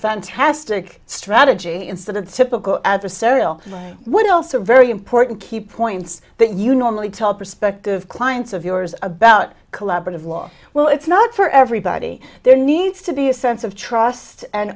fantastic strategy instead of the typical adversarial one also very important key points that you normally tell prospective clients of yours about collaborative law well it's not for everybody there needs to be a sense of trust and